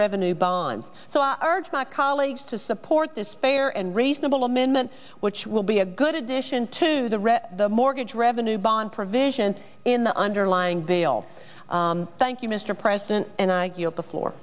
revenue bonds so i urge my colleagues to support this fair and reasonable amendment which will be a good addition to the read the mortgage revenue bond provision in the underlying bill thank you mr president and i get the floor